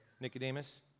Nicodemus